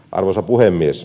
arvoisa puhemies